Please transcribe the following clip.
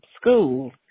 school